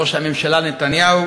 ראש הממשלה נתניהו,